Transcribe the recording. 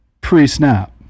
pre-snap